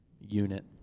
Unit